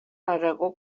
aragó